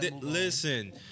listen